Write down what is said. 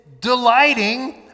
delighting